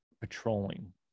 patrolling